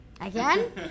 Again